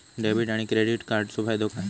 Debit आणि credit कार्डचो फायदो काय?